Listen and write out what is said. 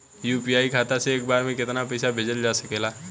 UPI खाता से एक बार म केतना पईसा भेजल जा सकेला?